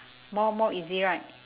more more easy right